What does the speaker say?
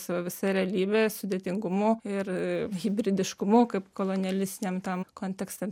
su visa realybe sudėtingumu ir hibridiškumu kaip kolonialistiniam tam kontekste